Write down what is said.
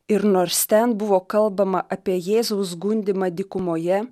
ir nors ten buvo kalbama apie jėzaus gundymą dykumoje